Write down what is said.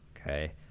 Okay